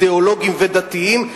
אידיאולוגיים ודתיים,